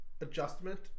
adjustment